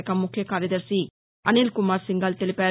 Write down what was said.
శాఖ ముఖ్య కార్యదర్శి అనిల్ కుమార్ సింఘాల్ తెలిపారు